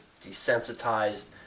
desensitized